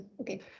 Okay